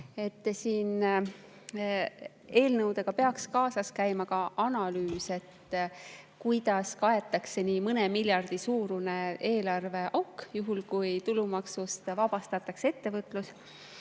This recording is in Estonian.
3%-ni. Eelnõudega peaks kaasas käima ka analüüs, kuidas kaetakse mõne miljardi suurune eelarveauk juhul, kui tulumaksust vabastatakse ettevõtlus.